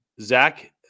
Zach